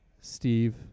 steve